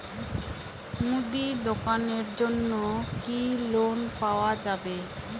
মুদি দোকানের জন্যে কি লোন পাওয়া যাবে?